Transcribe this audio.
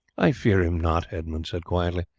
i fear him not, edmund said quietly,